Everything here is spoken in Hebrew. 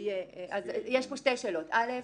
פה שתי שאלות: א',